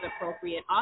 appropriate